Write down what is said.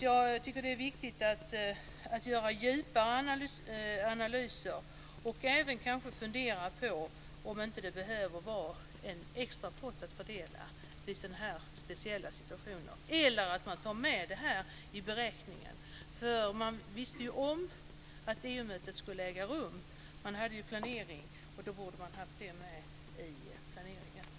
Jag tycker att det är viktigt att göra djupare analyser och att även kanske fundera på om det inte behövs en extra pott att fördela vid sådana här speciella situationer. Man kan också ta med detta i beräkningen. Man visste ju om att EU-mötet skulle äga rum. Man hade planering, och man borde därför ha haft detta med i planeringen.